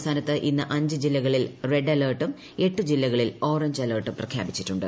സംസ്ഥാനത്ത് ഇന്ന് അഞ്ച് ജില്ലകളിൽ റെഡ്ട് അല്ലർട്ടും എട്ട് ജില്ലകളിൽ ഓറഞ്ച് അലർട്ടും പ്രഖ്യാപിച്ചിട്ടുണ്ട്